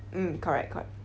mm correct correct